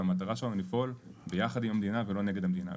והמטרה שלנו לפעול ביחד עם המדינה ולא נגד המדינה.